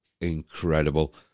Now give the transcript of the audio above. incredible